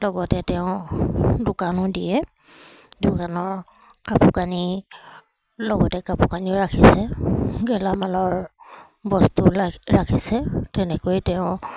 লগতে তেওঁ দোকানো দিয়ে দোকানৰ কাপোৰ কানি লগতে কাপোৰ কানিও ৰাখিছে গেলামালৰ বস্তু ৰাখি ৰাখিছে তেনেকৈ তেওঁ